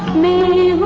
me